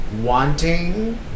wanting